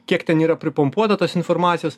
kiek ten yra pripompuota tos informacijos